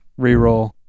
reroll